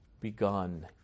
begun